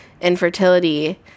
infertility